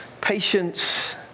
Patience